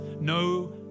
No